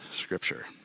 Scripture